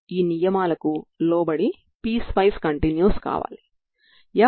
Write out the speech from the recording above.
ఇక్కడ హారం లో ఉన్న సమాకలనం ను లెక్కించడం ద్వారా మీరు దాని విలువను వ్రాయవచ్చు